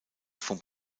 vom